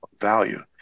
value